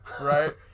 right